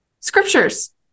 scriptures